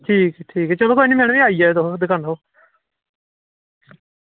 ठीक ठीक ऐ चलो कोई निं मैडम जी आई जाएओ तुस दकानै उप्पर